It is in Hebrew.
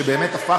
שבאמת הפך,